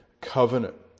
covenant